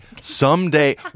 Someday